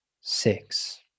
six